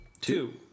Two